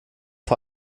vor